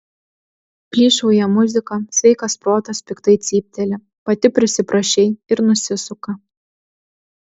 plyšauja muzika sveikas protas piktai cypteli pati prisiprašei ir nusisuka